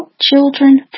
children